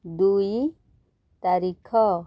ଦୁଇ ତାରିଖ